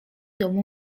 domu